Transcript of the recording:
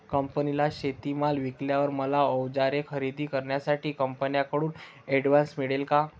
कंपनीला शेतीमाल विकल्यावर मला औजारे खरेदी करण्यासाठी कंपनीकडून ऍडव्हान्स मिळेल का?